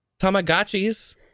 Tamagotchis